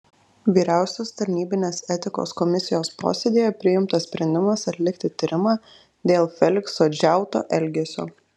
vyriausios tarnybinės etikos komisijos posėdyje priimtas sprendimas atlikti tyrimą dėl felikso džiauto elgesio